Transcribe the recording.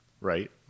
Right